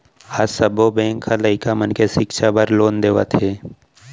आज सब्बो बेंक ह लइका मन के सिक्छा बर लोन देवत हे